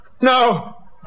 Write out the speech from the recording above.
no